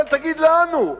אבל תגיד לנו.